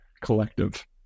collective